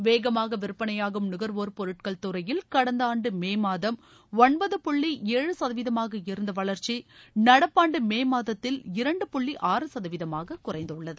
வேகமாக விற்பனையாகும் நுகர்வோர் பொருட்கள் துறையில் கடந்த ஆண்டு மே மாதம் ஒன்பது புள்ளி ஏழு சதவீதமாக இருந்த வளர்ச்சி நடப்பாண்டு மே மாதத்தில் இரண்டு புள்ளி ஆறு சதவீதமாக குறைந்துள்ளது